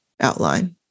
outline